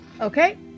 Okay